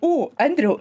o andriau